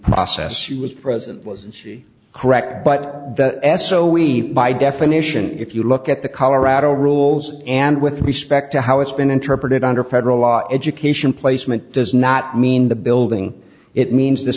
process she was present was she correct but as so we by definition if you look at the colorado rules and with respect to how it's been interpreted under federal law education placement does not mean the building it means the